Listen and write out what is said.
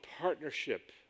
partnership